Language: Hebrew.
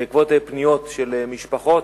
בעקבות פניות של משפחות,